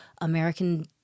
American